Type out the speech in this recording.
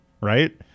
right